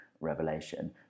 revelation